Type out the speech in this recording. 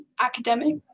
academic